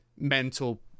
mental